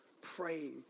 praying